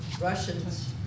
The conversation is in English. Russians